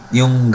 yung